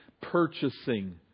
purchasing